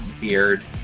beard